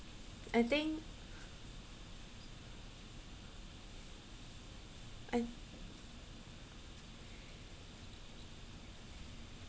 I think I